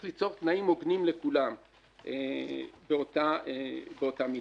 ליצור תנאים הוגנים לכולם באותה מידה.